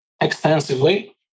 extensively